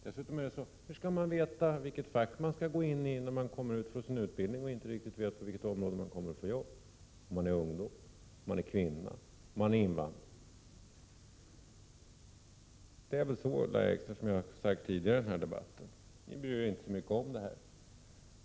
Dessutom: Hur skall man veta vilket fack man skall gå in i när man är klar med sin utbildning och inte riktigt vet på vilket område man kommer att få jobb, särskilt när man är ungdom, kvinna eller invandrare? Det är väl så — vilket jag sagt tidigare i debatten — att ni inte bryr er så mycket om detta.